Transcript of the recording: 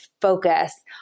focus